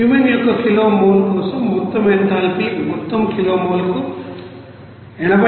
cumene యొక్క kilo mole కోసం మొత్తం ఎంథాల్పీ మొత్తం కిలో మోల్కు 81043